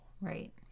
Right